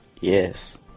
yes